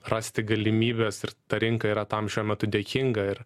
rasti galimybes ir tą rinką yra tam šiuo metu dėkinga ir